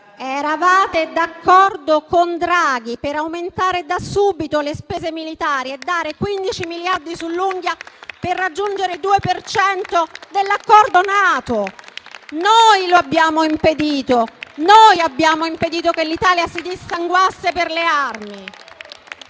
Eravate d'accordo con Draghi per aumentare da subito le spese militari e dare 15 miliardi sull'unghia per raggiungere il 2 per cento dell'accordo NATO. Noi lo abbiamo impedito; noi abbiamo impedito che l'Italia si dissanguasse per le armi.